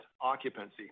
occupancy